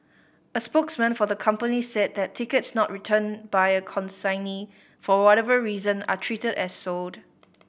a spokesman for the company said that tickets not returned by a consignee for whatever reason are treated as sold